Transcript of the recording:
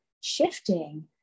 shifting